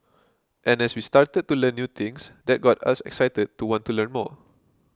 and as we started to learn new things that got us excited to want to learn more